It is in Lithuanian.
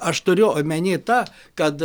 aš turiu omeny tą kad